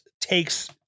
takes